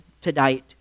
tonight